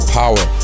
power